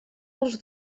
els